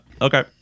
okay